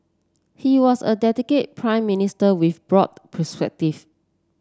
he was a dedicated Prime Minister with broad perspective